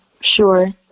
sure